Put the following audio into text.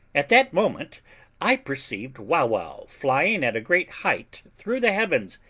at that moment i perceived wauwau flying at a great height through the heavens,